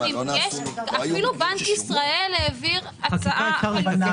אפילו בנק ישראל העביר הצעה חלופית.